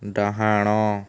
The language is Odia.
ଡାହାଣ